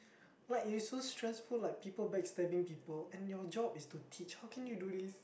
what it's so stressful like people backstabbing people and your job is to teach how can you do this